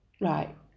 right